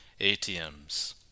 ATMs